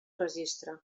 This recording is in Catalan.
registre